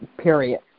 period